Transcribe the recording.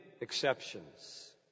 exceptions